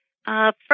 First